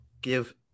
give